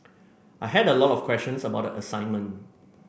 I had a lot of questions about assignment